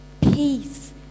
peace